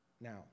Now